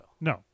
No